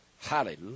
Hallelujah